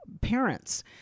parents